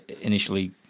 initially